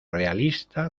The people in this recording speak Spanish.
realista